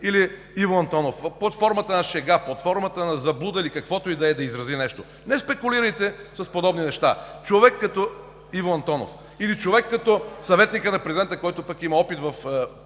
или Иво Антонов под формата на шега, под формата на заблуда или каквото и да е, да изрази нещо. Не спекулирайте с подобни неща. Човек като Иво Антонов или човек като съветника на президента, който има опит в